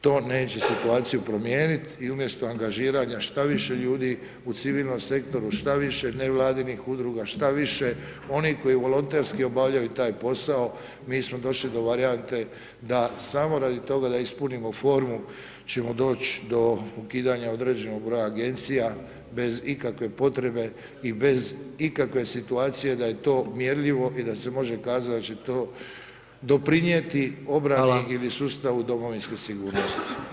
To neće situaciju promijeniti i umjesto angažiranja šta više ljudi u civilnom sektoru što više nevladinih udruga, što više onih koji volontersko obavljaju taj posao, mi smo došli do varijante da samo radi toga da ispunimo formu, ćemo doći do ukidanja određenog broja agencija bez ikakve potrebe i bez ikakve situacije da je to mjerljivo i da se može kazati da će to doprinijeti obradi ili sustavi domovinske sigurnosti.